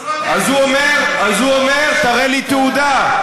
אז הוא אומר: תראה לי תעודה.